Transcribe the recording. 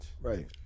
Right